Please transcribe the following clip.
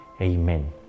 Amen